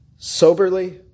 Soberly